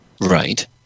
right